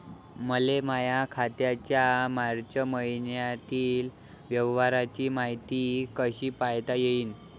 मले माया खात्याच्या मार्च मईन्यातील व्यवहाराची मायती कशी पायता येईन?